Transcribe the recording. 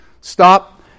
Stop